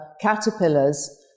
caterpillars